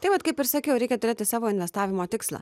tai vat kaip ir sakiau reikia turėti savo investavimo tikslą